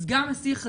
אז גם השיח הזה,